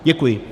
Děkuji.